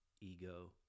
ego